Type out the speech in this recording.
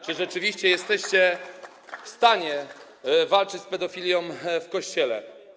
Czy rzeczywiście jesteście w stanie walczyć z pedofilią w Kościele?